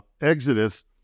Exodus